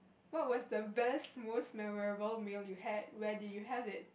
what was the best most memorable meal you had where did you have it